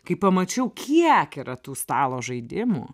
kai pamačiau kiek yra tų stalo žaidimų